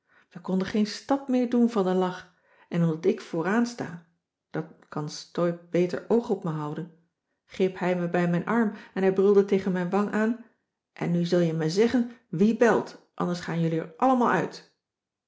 we konden geen stap meer doen van den lach en omdat ik vooraan sta dan kan steub beter oog op me houden greep hij mij bij mijn arm en brulde tegen mijn wang aan en nu zul jij mij zeggen wie belt anders gaan jullie er allemaal uit